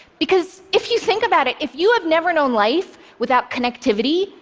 because, if you think about it, if you have never known life without connectivity,